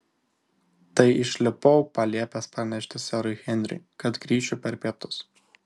tai išlipau paliepęs pranešti serui henriui kad grįšiu per pietus